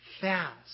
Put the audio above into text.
fast